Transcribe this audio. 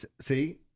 See